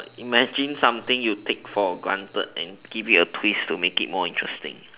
imagine something you take for granted and give it a twist to make it more interesting